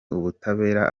ubutabera